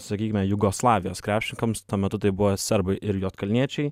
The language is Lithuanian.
sakykime jugoslavijos krepšininkams tuo metu tai buvo serbai ir juodkalniečiai